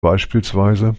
bspw